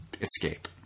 escape